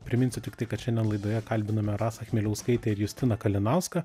priminsiu tiktai kad šiandien laidoje kalbinome rasą chmieliauskaitę ir justiną kalinauską